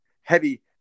heavy